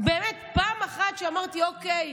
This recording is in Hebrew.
באמת פעם אחת שאמרתי: אוקיי,